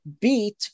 beat